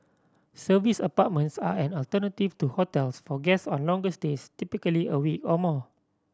serviced apartments are an alternative to hotels for guests on longer stays typically a week or more